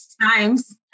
times